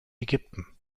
ägypten